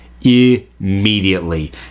immediately